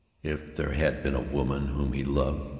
if there had been a woman whom he loved,